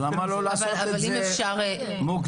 אז למה לא לעשות את זה מוקדם,